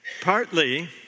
Partly